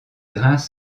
grains